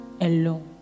alone